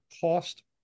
cost